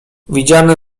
widziane